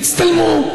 הצטלמו,